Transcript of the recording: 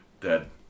Dead